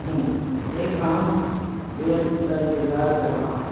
ہوں ایک اہم ای میل کا انتظار کر رہا ہوں